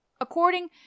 According